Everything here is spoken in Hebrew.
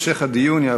אם כן, המשך הדיון יעבור